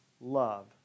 love